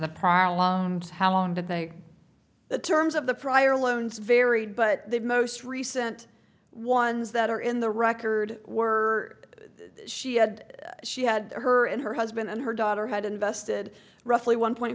the prime loans how long to pay the terms of the prior loans varied but the most recent ones that are in the record were she had she had her and her husband and her daughter had invested roughly one point